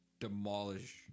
demolish